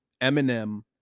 Eminem